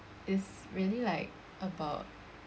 it's really like about